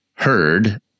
Heard